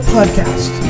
Podcast